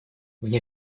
вне